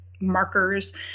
markers